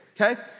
okay